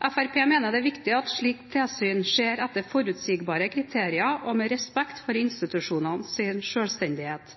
Fremskrittspartiet mener det er viktig at slikt tilsyn skjer etter forutsigbare kriterier og med respekt for institusjonenes selvstendighet.